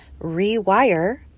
rewire